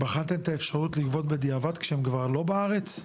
בחנתם את האפשרות לגבות בדיעבד, כשהם כבר לא בארץ?